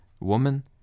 Woman